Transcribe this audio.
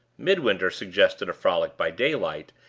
midwinter suggested a frolic by daylight,